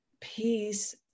peace